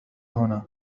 هنا